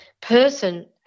person